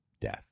death